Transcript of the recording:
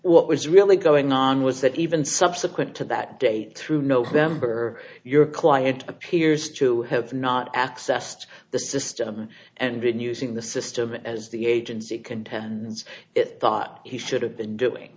what was really going on was that even subsequent to that date through november your quiet appears to have not accessed the system and then using the system as the agency contends it thought he should have been doing